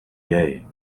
gay